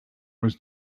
was